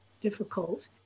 difficult